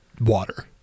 water